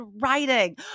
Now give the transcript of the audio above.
writing